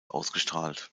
ausgestrahlt